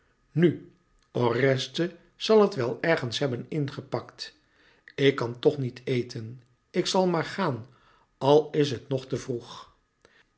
nu oreste zal het wel ergens hebben ingepakt ik kan toch niet eten ik zal maar gaan al is het nog te vroeg